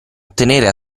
ottenere